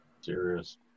Serious